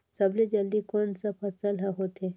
सबले जल्दी कोन सा फसल ह होथे?